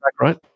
right